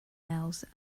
nails